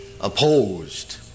opposed